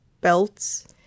belts